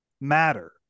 matter